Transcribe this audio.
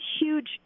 huge